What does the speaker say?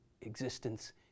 existence